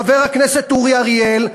חבר הכנסת אורי אריאל,